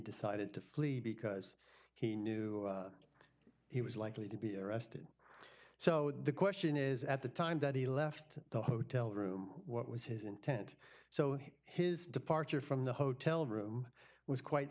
decided to flee because he knew he was likely to be arrested so the question is at the time that he left the hotel room what was his intent so his departure from the hotel room was quite